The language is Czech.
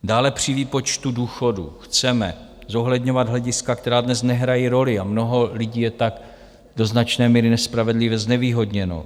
Dále při výpočtu důchodů chceme zohledňovat hlediska, která dnes nehrají roli, a mnoho lidí je tak do značné míry nespravedlivě znevýhodněno.